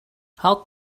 how